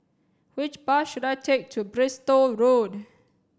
which bus should I take to Bristol Road